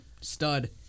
stud